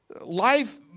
life